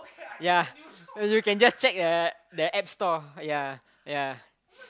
yea you can just check the the App Store yea yea